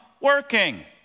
working